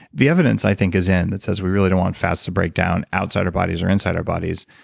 the evidence, i think, is in that says we really don't want fats to break down outside our bodies or inside our bodies.